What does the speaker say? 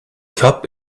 cup